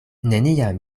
neniam